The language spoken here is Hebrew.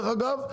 דרך אגב,